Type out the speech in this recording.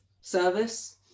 Service